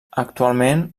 actualment